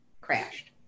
crashed